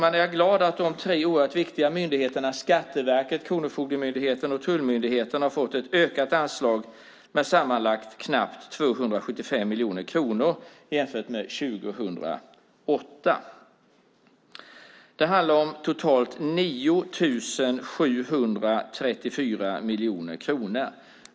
Därför är jag glad att de tre oerhört viktiga myndigheterna Skatteverket, Kronofogdemyndigheten och tullmyndigheten har fått ett ökat anslag med sammanlagt närmare 275 miljoner kronor jämfört med 2008. Det handlar om totalt 9 734 miljoner kronor.